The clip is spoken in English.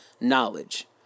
knowledge